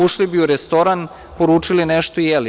Ušli bi u restoran, poručili nešto i jelu.